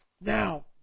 Now